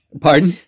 Pardon